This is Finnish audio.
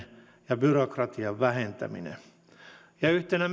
kaikille terveyserojen kaventaminen ja byrokratian vähentäminen ja yhtenä